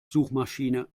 suchmaschine